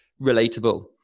relatable